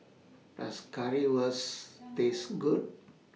Does Currywurst Taste Good